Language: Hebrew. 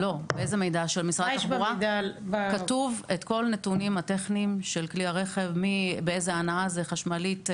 כתובים שם כל הנתונים הטכניים של כלי הרכב: איזו הנעה זאת חשמלית,